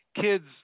kids –